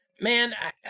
man